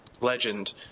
Legend